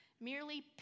merely